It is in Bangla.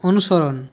অনুসরণ